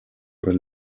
were